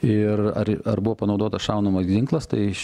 ir ar ar buvo panaudotas šaunamas ginklas tai iš